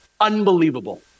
unbelievable